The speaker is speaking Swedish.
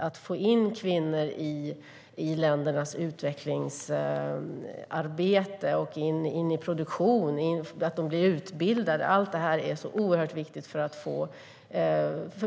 Att få in kvinnor i ländernas utvecklingsarbete, in i produktionen, att de får utbildning, är så oerhört viktigt för att